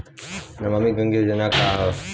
नमामि गंगा योजना का ह?